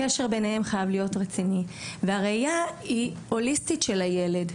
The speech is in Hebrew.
הקשר ביניהם חייב להיות רציני והראייה היא הוליסטית של הילד,